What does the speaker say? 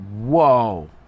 whoa